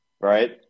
right